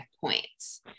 points